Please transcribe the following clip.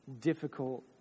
difficult